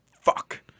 Fuck